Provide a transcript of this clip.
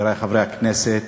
חברי חברי הכנסת,